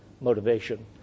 motivation